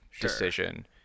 decision